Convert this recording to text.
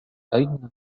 أين